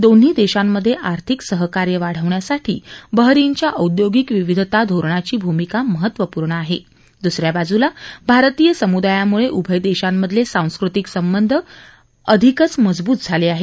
दोन्ही देशांमध्ये आर्थिक सहकार्य वाढवण्यासाठी बहरीनच्या औद्योगिक विविधता धोरणाची भूमिका महत्वपूर्ण आहे द्सऱ्या बाजूला भारतीय सम्दायाम्ळे उभय देशांमधले सांस्कृतिक संबंध आधीच मजबूत झाले आहेत